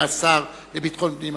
מהשר לביטחון הפנים,